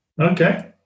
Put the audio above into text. Okay